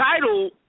title